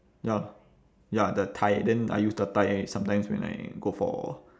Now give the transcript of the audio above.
ya ya the tie then I use the tie sometimes when I go for